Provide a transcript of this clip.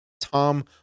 Tom